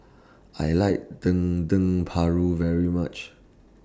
I like Dendeng Paru very much